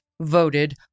voted